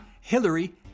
Hillary